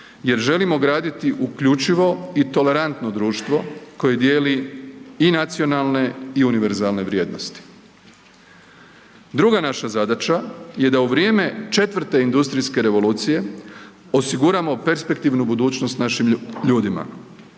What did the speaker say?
jer želimo graditi uključivo i tolerantno društvo koje dijeli i nacionalne i univerzalne vrijednosti. Druga naša zadaća je da u vrijeme 4 industrijske revolucije osiguramo perspektivnu budućnost našim ljudima.